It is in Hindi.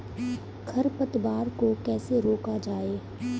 खरपतवार को कैसे रोका जाए?